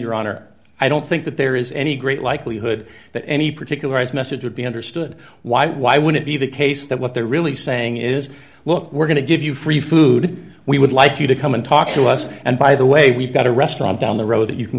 your honor i don't think that there is any great likelihood that any particular message would be understood why why would it be the case that what they're really saying is look we're going to give you free food we would like you to come and talk to us and by the way we've got a restaurant down the road that you can